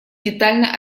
детально